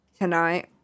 tonight